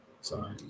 sorry